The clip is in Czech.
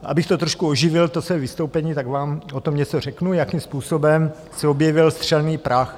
Abych to trošku oživil, to svoje vystoupení, tak vám o tom něco řeknu, jakým způsobem se objevil střelný prach.